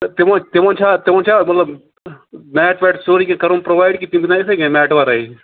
تہٕ تِمَن تِمَن چھا تِمَن چھا مطلب میٹ ویٹ سورُے کیٚنٛہہ کَرُن پروٚوایڈ کِنہٕ تِم گِندَن اِتھَے کَنۍ میٹ وَرٲے